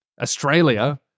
Australia